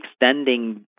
extending